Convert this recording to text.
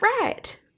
Right